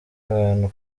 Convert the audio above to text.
abantu